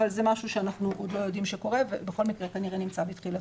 אבל זה משהו שאנחנו עוד לא יודעים שקורה ובכל מקרה כנראה נמצא בתחילתו.